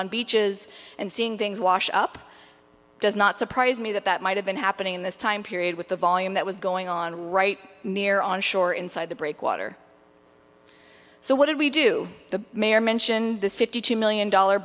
on beaches and seeing things washed up does not surprise me that that might have been happening in this time period with the volume that was going on right near on shore inside the breakwater so what did we do the mayor mentioned this fifty million dollar